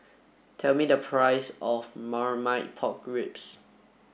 tell me the price of Marmite Pork Ribs